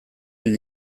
hil